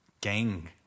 gang